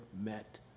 met